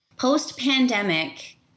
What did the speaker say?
Post-pandemic